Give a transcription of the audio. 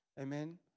Amen